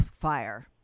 fire